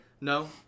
No